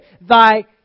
Thy